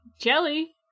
jelly